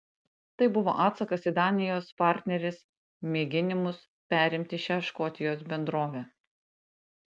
tai buvo atsakas į danijos partnerės mėginimus perimti šią škotijos bendrovę